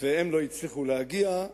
והם לא הצליחו להגיע,